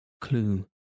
clue